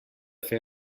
fer